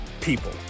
People